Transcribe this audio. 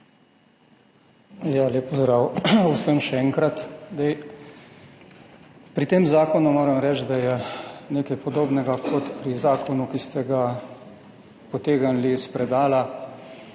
lep pozdrav vsem! Pri tem zakonu moram reči, da je nekaj podobnega kot pri zakonu, ki ste ga potegnili iz predala,